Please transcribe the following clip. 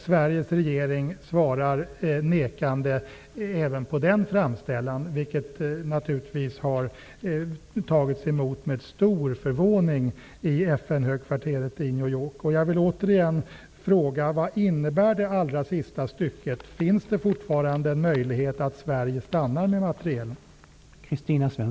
Sveriges regering har svarat nekande även på den framställningen, vilket naturligtvis har tagits emot med stor förvåning i FN Vad innebär slutet av statsrådet svar? Finns det fortfarande en möjlighet att Sverige stannar kvar med materielen?